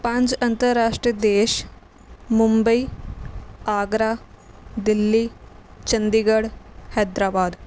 ਪੰਜ ਅੰਤਰਰਾਸ਼ਟਰੀ ਦੇਸ਼ ਮੁੰਬਈ ਆਗਰਾ ਦਿੱਲੀ ਚੰਡੀਗੜ੍ਹ ਹੈਦਰਾਬਾਦ